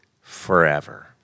forever